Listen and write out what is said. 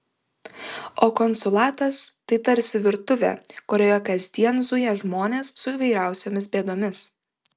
o konsulatas tai tarsi virtuvė kurioje kasdien zuja žmonės su įvairiausiomis bėdomis